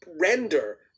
render